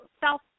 South